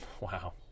Wow